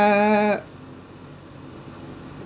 uh